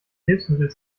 hilfsmittel